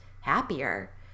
happier